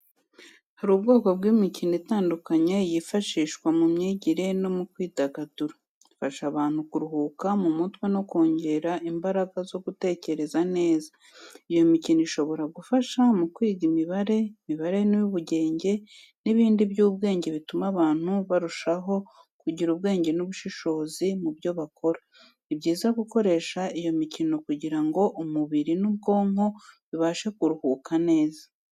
Hari ubwoko bw'imikino itandukanye yifashishwa mu myigire no mu kwidagadura. Ifasha abantu kuruhuka mu mutwe no kongera imbaraga zo gutekereza neza. Iyo mikino ishobora gufasha mu kwiga imibare, imibare y'ubugenge, n'ibindi by'ubwenge, bituma abantu barushaho kugira ubwenge n'ubushishozi mu byo bakora. Ni byiza gukoresha iyo mikino kugira ngo umubiri n'ubwonko bibashe kuruhuka neza.